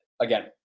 again